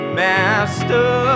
master